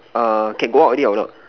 uh can go out already or not